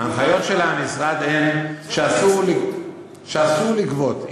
הן שאסור לגבות.